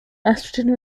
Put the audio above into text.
estrogen